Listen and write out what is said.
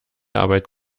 arbeit